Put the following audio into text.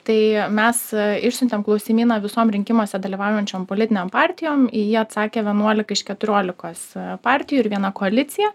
tai mes išsiuntėm klausimyną visom rinkimuose dalyvaujančiam politinėm partijom į jį atsakė vienuolika iš keturiolikos partijų ir viena koalicija